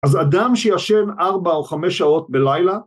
אז אדם שישן ארבע או חמש שעות בלילה